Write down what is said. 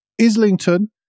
Islington